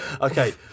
Okay